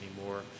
anymore